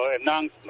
announcement